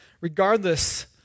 regardless